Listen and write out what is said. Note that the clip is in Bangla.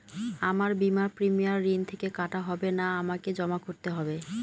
আমার বিমার প্রিমিয়াম ঋণ থেকে কাটা হবে না আমাকে জমা করতে হবে?